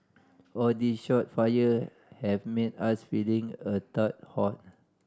all these shot fired have made us feeling a tad hot